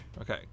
Okay